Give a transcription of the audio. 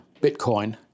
Bitcoin